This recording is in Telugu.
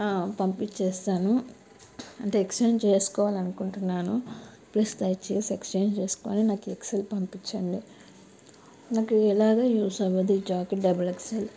పంపిస్తాను అంటే ఎక్స్చేంజ్ చేసుకోవాలి అనుకుంటున్నాను ప్లీజ్ దయచేసి ఎక్స్చేంజ్ చేసుకొని నాకు ఎక్స్ఎల్ పంపించండి నాకు ఎలాగ యూస్ అవ్వదు ఈ జాకెట్ డబల్ ఎక్స్ఎల్